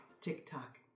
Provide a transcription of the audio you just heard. TikTok